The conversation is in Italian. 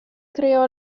creò